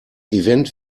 event